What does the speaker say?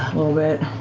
little bit.